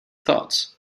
thoughts